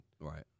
Right